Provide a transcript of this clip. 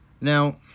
now